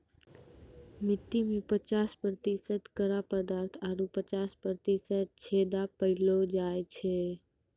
मट्टी में पचास प्रतिशत कड़ा पदार्थ आरु पचास प्रतिशत छेदा पायलो जाय छै